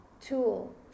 tool